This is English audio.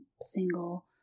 single